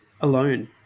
alone